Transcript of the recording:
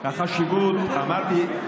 אמרתי,